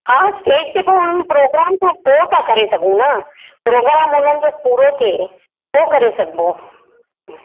हा स्टेज ते पोइ उहो प्रोग्राम खां पोइ था करे सघूं न प्रोग्राम उन्हनि जो पूरो थिए पोइ करे सघिबो हा